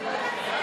ההצעה